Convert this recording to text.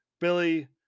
billy